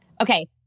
Okay